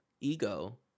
ego